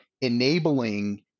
enabling